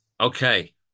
Okay